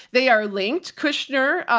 they are linked. kushner, ah,